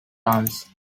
guns